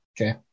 Okay